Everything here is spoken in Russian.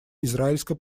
израильско